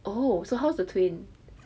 oh so how's the twin